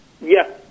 Yes